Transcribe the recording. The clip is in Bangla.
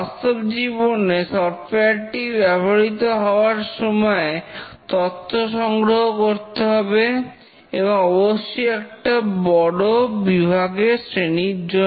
বাস্তব জীবনে সফটওয়্যার টি ব্যবহৃত হওয়ার সময় তথ্য সংগ্রহ করতে হবে এবং অবশ্যই একটা বড় বিভাগের শ্রেণীর জন্য